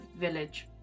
village